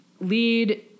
lead